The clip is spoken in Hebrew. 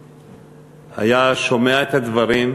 היה שומע את הדברים.